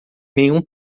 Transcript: nenhum